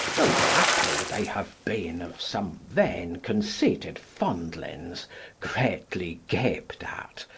though haply they have been of some vain-conceited fondlings greatly gaped at,